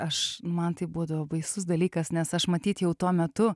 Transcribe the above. aš man tai būdavo baisus dalykas nes aš matyt jau tuo metu